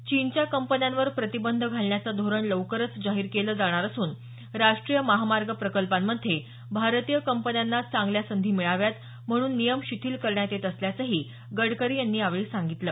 चीनच्या कंपन्यांवर प्रतिबंध घालण्याचं धोरण लवकरच जाहीर केलं जाणार असून राष्ट्रीय महामार्ग प्रकल्पांमध्ये भारतीय कंपन्यांना चांगल्या संधी मिळाव्या म्हणून नियम शिथिल करण्यात येत असल्याचंही गडकरी यांनी यावेळी सांगितलं